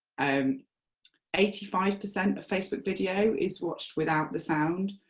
um eighty five percent of facebook video is watched without the sound.